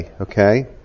okay